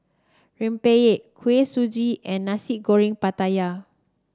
Rempeyek Kuih Suji and Nasi Goreng Pattaya